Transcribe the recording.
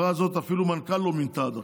החברה הזאת, אפילו מנכ"ל לא מינתה עד עכשיו.